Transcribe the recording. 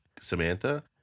Samantha